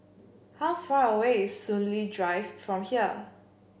how far away is Soon Lee Drive from here